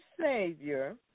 Savior